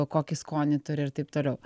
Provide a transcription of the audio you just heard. kokį skonį turi ir taip toliau